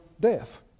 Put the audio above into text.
death